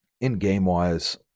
In-game-wise